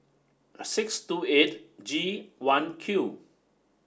six two eight G one Q